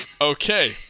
Okay